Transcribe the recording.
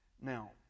Now